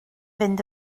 fynd